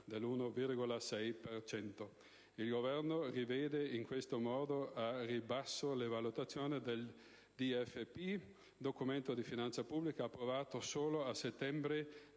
per cento. Il Governo rivede in questo modo al ribasso le valutazioni del DEF, Documento di finanza pubblica, approvato solo a settembre